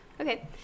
Okay